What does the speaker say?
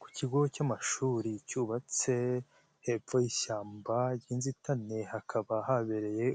Ku kigo cy'amashuri cyubatse hepfo y'ishyamba ry'inzitane, hakaba habereye